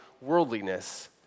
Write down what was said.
worldliness